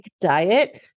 diet